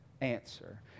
answer